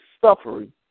suffering